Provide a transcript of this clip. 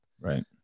right